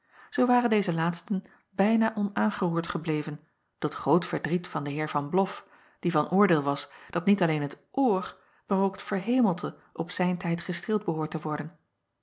zoo waren deze laatsten bijna onaangeroerd gebleven tot groot verdriet van den eer an loff die van oordeel was dat niet alleen het oor maar ook het verhemelte op zijn tijd gestreeld behoort te worden